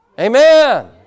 Amen